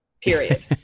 period